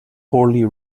poorly